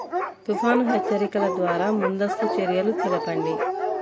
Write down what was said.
తుఫాను హెచ్చరికల ద్వార ముందస్తు చర్యలు తెలపండి?